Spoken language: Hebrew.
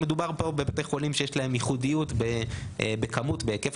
מדובר פה בבתי חולים שיש להם ייחודיות בכמות; בהיקף